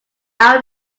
our